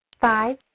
Five